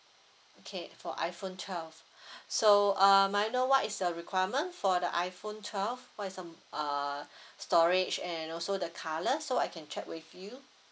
okay for iphone twelve so uh may I know what is the requirement for the iphone twelve what is um uh storage and also the colour so I can check with you